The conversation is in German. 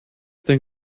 denn